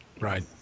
Right